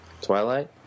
Twilight